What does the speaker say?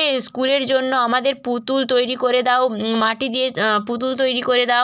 এ স্কুলের জন্য আমাদের পুতুল তৈরি করে দাও মাটি দিয়ে পুতুল তৈরি করে দাও